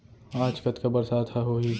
आज कतका बरसात ह होही?